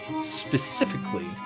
specifically